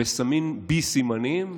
ושמים בי סימנים